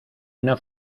una